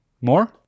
More